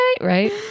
right